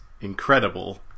incredible